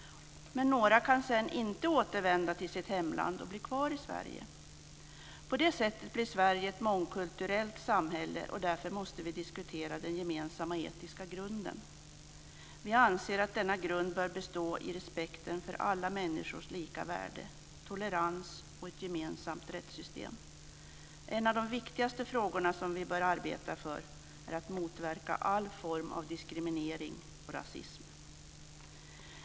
Några kan sedan inte återvända till sitt hemland och blir kvar i Sverige. På det sättet blir Sverige ett mångkulturellt samhälle, och därför måste vi diskutera den gemensamma etiska grunden. Vi anser att denna grund bör bestå i respekten för alla människors lika värde, tolerans och ett gemensamt rättssystem. En av de viktigaste frågorna som vi bör arbeta för är att motverka all form av diskriminering och rasism.